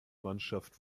mannschaft